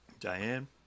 Diane